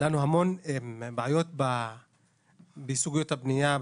המון בעיות בסוגיות הבנייה,